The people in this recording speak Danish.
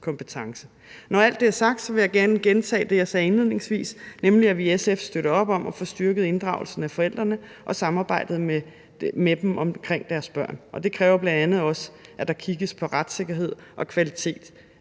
kompetence. Når alt det er sagt, vil jeg gerne gentage det, jeg sagde indledningsvis, nemlig at vi i SF støtter op om at få styrket inddragelsen af forældrene og samarbejdet med dem omkring deres børn. Det kræver bl.a. også, at der kigges på retssikkerhed og kvalitet